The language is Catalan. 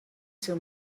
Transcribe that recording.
seu